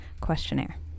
Questionnaire